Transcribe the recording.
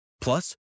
Plus